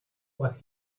what